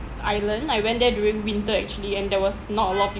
island I went there during winter actually and there was not a lot of people